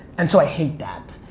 and so i hate that.